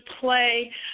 play